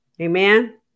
Amen